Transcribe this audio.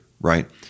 right